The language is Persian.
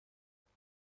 زودی